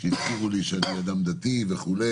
שהזכירו לי שאני בן אדם דתי וכו',